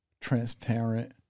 transparent